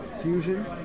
fusion